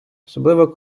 особливо